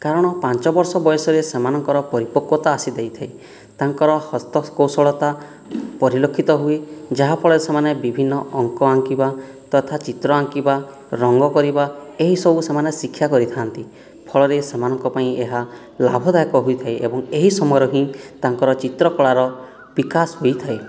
କାରଣ ପାଞ୍ଚ ବର୍ଷ ବୟସରେ ସେମାନଙ୍କର ପରିପକ୍ଵତା ଆସି ଯାଇଥାଏ ତାଙ୍କର ହସ୍ତ କୌଶଳତା ପରିଲକ୍ଷିତ ହୁଏ ଯାହା ଫଳରେ ସେମାନେ ବିଭିନ୍ନ ଅଙ୍କ ଆଙ୍କିବା ତଥା ଚିତ୍ର ଆଙ୍କିବା ରଙ୍ଗ କରିବା ଏହି ସବୁ ସେମାନେ ଶିକ୍ଷା କରିଥାନ୍ତି ଫଳରେ ସେମାନଙ୍କ ପାଇଁ ଏହା ଲାଭଦାୟକ ହୋଇଥାଏ ଏବଂ ଏହି ସମୟରେ ହିଁ ତାଙ୍କର ଚିତ୍ରକଳାର ବିକାଶ ହୋଇଥାଏ